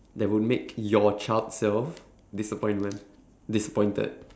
that will make your child self disappointment disappointed